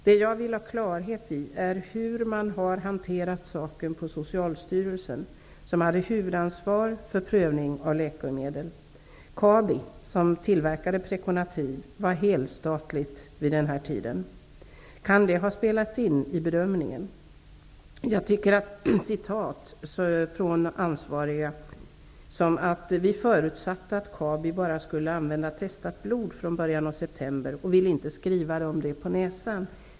Det jag vill ha klarhet i är hur man har hanterat saken på Socialstyrelsen, som hade huvudansvar för prövning av läkemedel. Kabi, som tillverkade Preconativ, var helstatligt vid den här tiden. Kan det ha spelat in vid bedömningen? Jag tycker att det är upprörande att från ansvariga höra: ''Vi förutsatte att Kabi bara skulle använda testat blod från början av september och ville inte skriva dem det på näsan''.